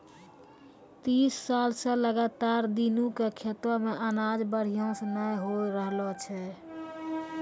तीस साल स लगातार दीनू के खेतो मॅ अनाज बढ़िया स नय होय रहॅलो छै